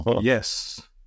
Yes